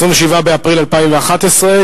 27 באפריל 2011,